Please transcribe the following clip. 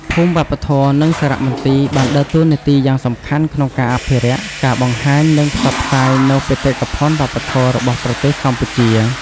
ភូមិវប្បធម៌ និងសារមន្ទីរបានដើរតួនាទីយ៉ាងសំខាន់ក្នុងការអភិរក្ស ការបង្ហាញ និងផ្សព្វផ្សាយនូវបេតិកភណ្ឌវប្បធម៌របស់ប្រទេសកម្ពុជា។